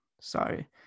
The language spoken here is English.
Sorry